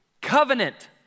covenant